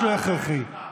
פחדן אחד.